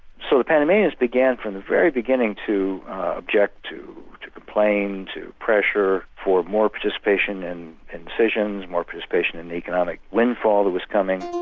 so the panamanians began from the very beginning to object, to to complain, to pressure for more participation in in decisions, more participation in the economic windfall that was coming.